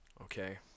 okay